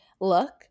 look